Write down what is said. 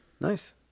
nice